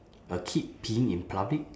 a kid peeing in public